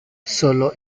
sólo